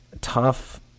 tough